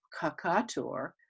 kakator